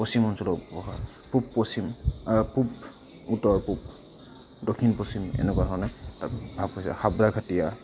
পশ্চিম অঞ্চলৰ উপভাষা পূব পশ্চিম আৰু পূব উত্তৰ পূব দক্ষিণ পশ্চিম এনেকুৱাধৰণে তাৰ ভাগ হৈছে ঘাটিয়া